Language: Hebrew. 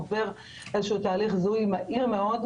עובר איזשהו תהליך זיהוי מהיר מאוד,